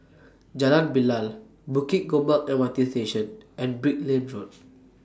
Jalan Bilal Bukit Gombak MRT Station and Brickland Road